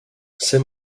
c’est